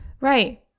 Right